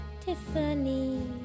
Tiffany